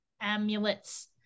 amulets